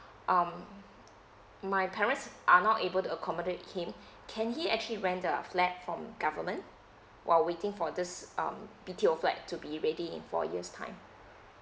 um my parents are not able to accommodate him can he actually rented a flat from government while waiting for this um B_T_O flat to be ready in four years time